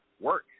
work